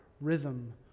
rhythm